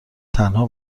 تنها